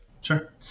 Sure